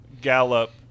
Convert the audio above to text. Gallup